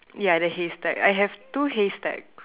yeah the haystack I have two haystacks